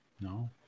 No